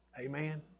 Amen